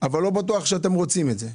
אבל לא בטוח שהם רוצים את זה.